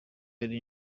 ari